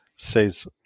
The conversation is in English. says